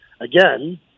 Again